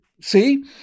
see